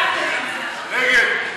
נגד?